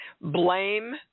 blame